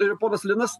ir ponas linas